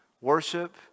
Worship